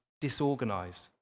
disorganized